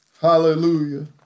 Hallelujah